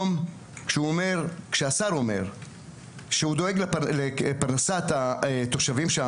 כשהשר אומר שהוא דואג לפרנסת התושבים,